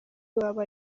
iwabo